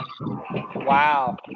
Wow